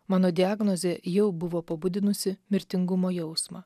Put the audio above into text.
mano diagnozė jau buvo pabudinusi mirtingumo jausmą